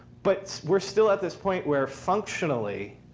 but we're still at this point where functionally,